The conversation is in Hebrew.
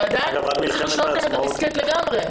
שעדיין צריך לשנות כאן את הדיסקט לגמרי.